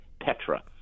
Petra